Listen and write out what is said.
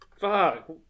Fuck